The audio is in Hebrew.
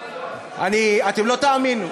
אתם לא תאמינו.